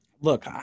Look